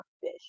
fish